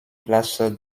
place